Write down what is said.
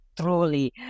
truly